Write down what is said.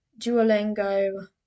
duolingo